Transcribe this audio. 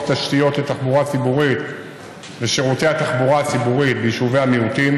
תשתיות לתחבורה ציבורית ושירותי התחבורה הציבורית ביישובי המיעוטים,